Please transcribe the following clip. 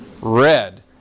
Red